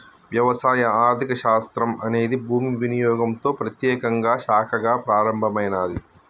వ్యవసాయ ఆర్థిక శాస్త్రం అనేది భూమి వినియోగంతో ప్రత్యేకంగా శాఖగా ప్రారంభమైనాది